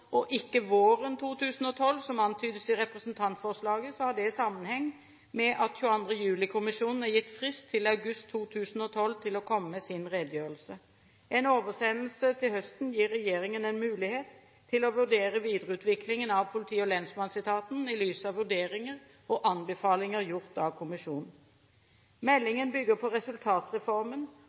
og ikke våren 2012, som antydes i representantforslaget, har det sammenheng med at 22. juli-kommisjonen er gitt frist til august 2012 til å komme med sin redegjørelse. En oversendelse til høsten gir regjeringen en mulighet til å vurdere videreutviklingen av politi- og lensmannsetaten i lys av vurderinger og anbefalinger gjort av kommisjonen. Meldingen bygger på resultatreformen